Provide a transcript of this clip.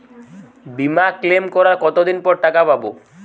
বিমা ক্লেম করার কতদিন পর টাকা পাব?